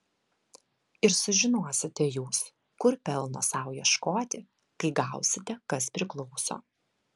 ir sužinosite jūs kur pelno sau ieškoti kai gausite kas priklauso